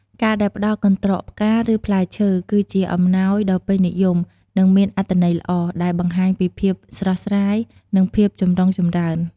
ការដែលផ្តល់ កន្ត្រកផ្កា ឬ ផ្លែឈើ គឺជាអំណោយដ៏ពេញនិយម និងមានអត្ថន័យល្អ ដែលបង្ហាញពីភាពស្រស់ស្រាយ និងភាពចម្រុងចម្រើន។